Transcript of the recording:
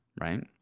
right